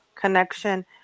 connection